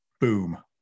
Boom